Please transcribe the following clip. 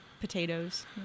potatoes